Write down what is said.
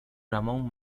ramón